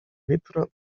vitro